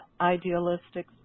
idealistic